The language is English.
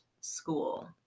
school